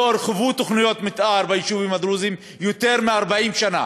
לא הורחבו תוכניות מתאר ביישובים הדרוזיים יותר מ-40 שנה.